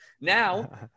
Now